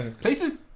Places